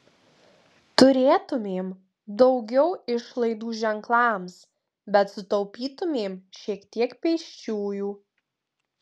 turėtumėm daugiau išlaidų ženklams bet sutaupytumėm šiek tiek pėsčiųjų